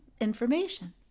information